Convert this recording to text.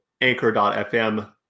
anchor.fm